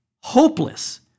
hopeless